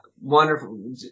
wonderful